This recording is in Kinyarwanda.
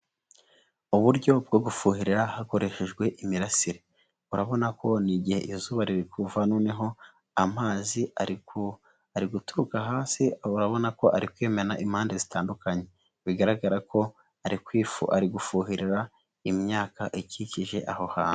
Uburyo bwo gufuhirira hakoreshejwe imirasire, urabona ko ni igihe izuba ririkuva noneho amazi ari ari guturuka hasi, urabona ko ari kwimena impande zitandukanye. Bigaragare ko arigufuhirira imyaka ikikije aho hantu.